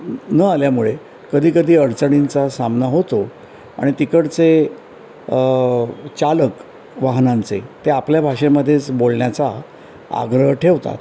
न आल्यामुळे कधीकधी अडचणींचा सामना होतो आणि तिकडचे चालक वाहनांचे ते आपल्या भाषेमधेच बोलण्याचा आग्रह ठेवतात